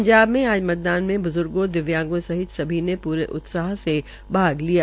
पंजाब में आज मतदान में बुजुर्गो दिव्यांगों सहित सभी ने पूरे उत्साह से भाग लिया